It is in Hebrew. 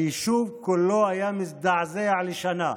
היישוב כולו היה מזדעזע לשנה,